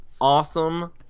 Awesome